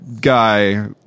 guy